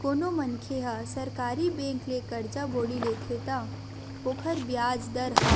कोनो मनखे ह सरकारी बेंक ले करजा बोड़ी लेथे त ओखर बियाज दर ह